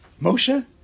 Moshe